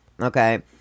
Okay